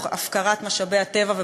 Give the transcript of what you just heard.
"אפק" ברמת-הגולן תוך הפקרת משאבי הטבע,